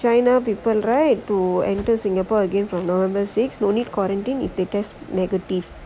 china people right to enter singapore again from november six lonely quarantine if they test negative